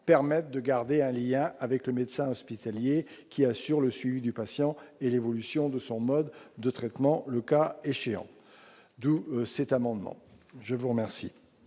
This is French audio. permettent de garder un lien avec le médecin hospitalier qui assure le suivi du patient et l'évolution de son mode de traitement, le cas échéant de cet amendement, je vous remercie.